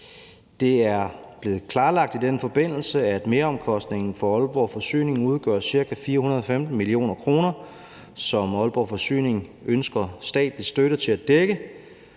blevet klarlagt, at meromkostningen for Aalborg Forsyning udgør ca. 415 mio. kr., som Aalborg Forsyning ønsker statslig støtte til at dække.